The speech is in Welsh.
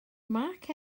mark